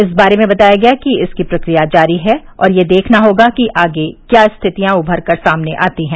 इस बारे में बताया गया कि इसकी प्रक्रिया जारी है और यह देखना होगा कि आगे क्या स्थितियां उमरकर सामने आती हैं